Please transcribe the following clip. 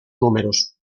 números